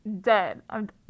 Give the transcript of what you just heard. dead